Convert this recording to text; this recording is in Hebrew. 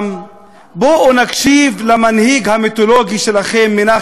בואו נקשיב למנהיג המיתולוגי שלכם מנחם בגין,